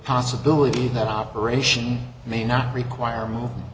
possibility that operation may not require mo